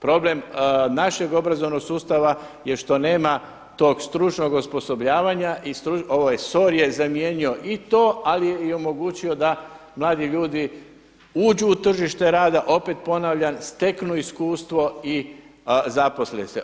Problem našeg obrazovanog sustav je što nema tog stručnog osposobljavanja i ovaj SOR je zamijenio i to ali je omogućio da mladi ljudi uđu u tržište rada, opet ponavljam, steknu iskustvo i zaposle se.